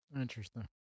Interesting